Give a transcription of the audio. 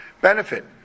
benefit